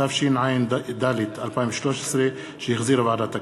התשע"ד 2013, שהחזירה ועדת הכנסת.